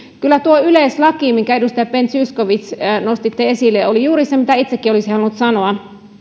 kyllä tuo yleislaki minkä edustaja ben zyskowicz nostitte esille oli juuri se mitä itsekin olisin halunnut sanoa